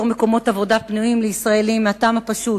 מקומות עבודה פנויים לישראלים מהטעם הפשוט: